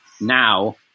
now